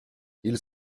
ils